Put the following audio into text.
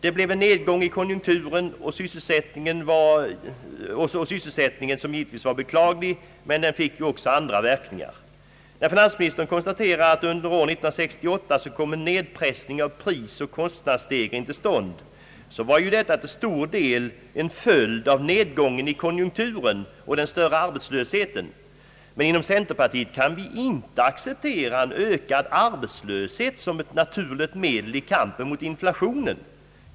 Det blev en nedgång i konjunkturen och sysselsättningen, som givetvis var beklaglig, men den fick ju också andra verkningar. När finansministern konstaterar att under år 1968 kom en nedpressning av prisoch kostnadsstegringen till stånd, så var ju detta till stor del en följd av nedgången i konjunkturen och den större arbetslösheten. Inom centerpartiet kan vi dock inte acceptera en ökad arbetslöshet som ett naturligt medel i kampen mot inflationen.